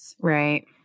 Right